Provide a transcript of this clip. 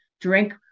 drink